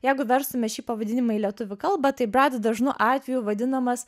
jeigu verstume šį pavadinimą į lietuvių kalbą tai brat dažnu atveju vadinamas